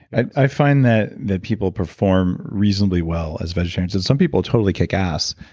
i find that that people perform reasonably well as vegetarians. some people totally kick ass,